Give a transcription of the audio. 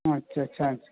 हां अच्छा अच्छा